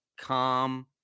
calm